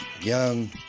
Young